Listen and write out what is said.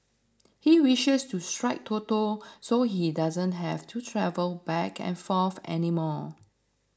he wishes to strike Toto so he doesn't have to travel back and forth any more